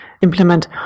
implement